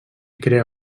crea